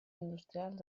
industrials